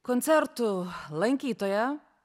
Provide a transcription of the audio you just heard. koncertų lankytoja